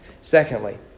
Secondly